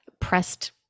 pressed